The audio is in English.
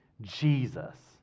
Jesus